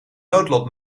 noodlot